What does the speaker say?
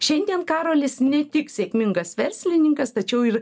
šiandien karolis ne tik sėkmingas verslininkas tačiau ir